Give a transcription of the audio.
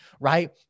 right